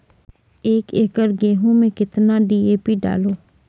एक एकरऽ गेहूँ मैं कितना डी.ए.पी डालो?